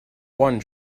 one